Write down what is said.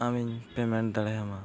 ᱟᱢᱤᱧ ᱫᱟᱲᱮᱭᱟᱢᱟ